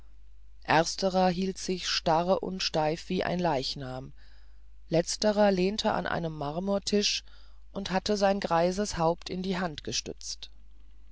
ersterer hielt sich starr und steif wie ein leichnam letzterer lehute an einem marmortisch und hatte sein greifes haupt in die hand gestützt